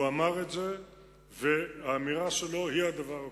הוא אמר את זה והאמירה שלו היא הדבר הקובע.